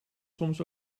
soms